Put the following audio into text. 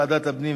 לוועדת העבודה,